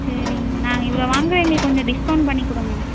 சரிங்கம்மா நாங்கள் இவ்வளோ வாங்குகிற எங்களுக்கு கொஞ்சம் டிஸ்கவுண்ட் பண்ணிக்கொடுங்க